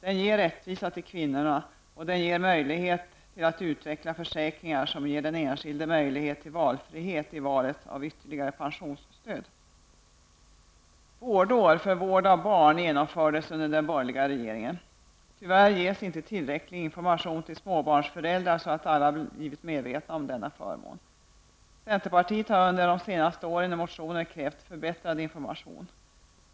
Den ger rättvisa beträffande kvinnorna, och den erbjuder möjligheter att utveckla försäkringar som ger den enskilde valfrihet i fråga om ytterligare pensionsstöd. Därför är inte alla medvetna om denna förmån. Vi i centerpartiet har under de senaste åren i motioner krävt en bättre information.